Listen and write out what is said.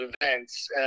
events